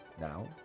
Now